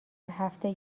هفته